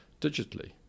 digitally